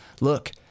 look